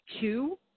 two